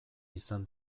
izan